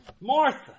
Martha